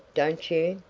don't you?